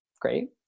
Great